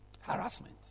Harassment